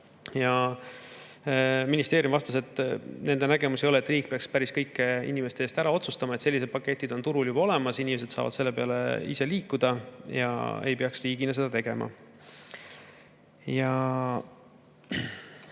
Ministeerium vastas, et nende nägemus ei ole, et riik peaks päris kõike inimeste eest ära otsustama. Sellised paketid on turul juba olemas, inimesed saavad nendega ise [liituda] ja riik ei peaks seda tegema.